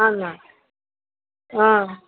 ആ എന്നാൽ ആ